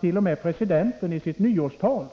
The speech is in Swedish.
togst.o.m. upp av presidenten i hans nyårstal.